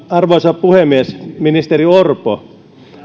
arvoisa puhemies ministeri orpo